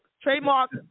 trademark